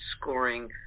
scoring